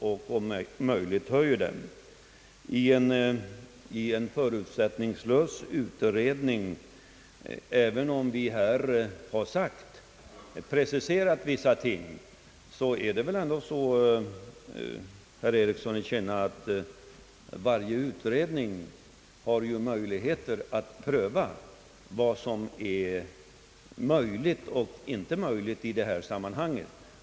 Vi har visserligen när det gäller den förutsättningslösa utredningen preciserat vissa önskemål, men det är väl ändå så, herr Ericsson, att varje utredning har möjligheter att pröva vad som är möjligt och inte möjligt att genomföra.